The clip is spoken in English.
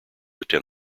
attend